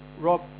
Rob